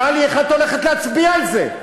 טלי, איך את הולכת להצביע על זה?